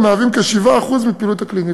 המהווים כ-7% מפעילות הקליניקות.